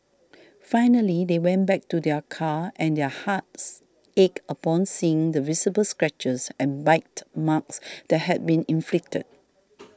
finally they went back to their car and their hearts ached upon seeing the visible scratches and bite marks that had been inflicted